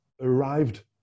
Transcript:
arrived